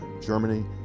Germany